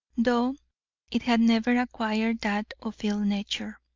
though it had never acquired that of ill nature.